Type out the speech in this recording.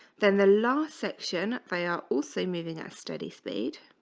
then the last section they are also moving at steady speed